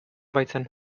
baitzen